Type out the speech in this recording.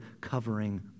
covering